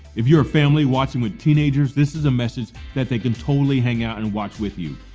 if you're a family watching with teenagers, this is a message that they can totally hang out and watch with you.